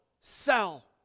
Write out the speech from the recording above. sell